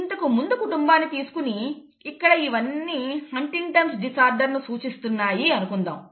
ఇంతకు ముందు కుటుంబాన్ని తీసుకుని ఇక్కడ ఇవన్నీ హంటింగ్టన్'స్ డిసార్డర్ Huntington's disorderను సూచిస్తున్నాయి అనుకుందాం